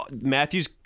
Matthew's